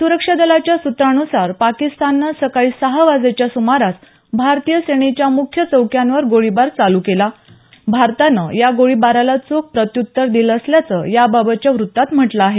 सुरक्षा दलाच्या सुत्रांनुसार पाकिस्ताननं सकाळी सहा वाजेच्या सुमारास भारतीय सेनेच्या मुख्य चौक्यांवर गोळीबार चालू केला भारतानं या गोळीबाराला चोख प्रत्युत्तर दिलं असल्याचं याबाबतच्या वृत्तात म्हटलं आहे